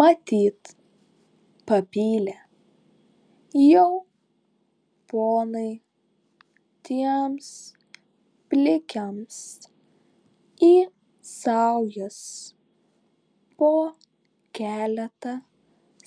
matyt papylė jau ponai tiems plikiams į saujas po keletą